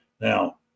Now